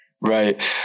Right